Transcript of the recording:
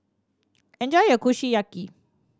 enjoy your Kushiyaki